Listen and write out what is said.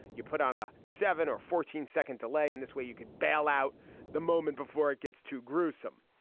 you put on a seven or fourteen second delay in this way you could bailout the moment before it gets too gruesome.